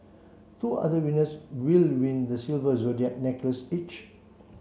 two other winners will win the silver zodiac necklace each